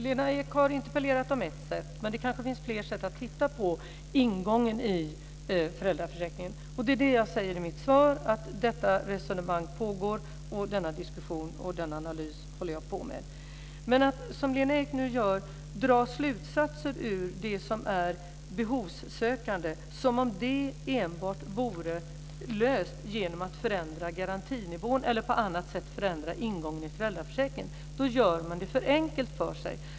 Lena Ek har interpellerat om ett sätt, men det kanske finns fler sätt att titta på ingången i föräldraförsäkringen. Jag säger i mitt svar att detta resonemang pågår och att jag håller på med denna analys. Men att, som Lena Ek nu gör, dra sådana slutsatser att problemet för dem som är behovssökande vore löst enbart genom en förändring av garantinivån eller genom en annan förändring av ingången i föräldraförsäkringen är att göra det för enkelt för sig.